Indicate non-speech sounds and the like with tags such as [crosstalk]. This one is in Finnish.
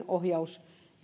[unintelligible] ohjaus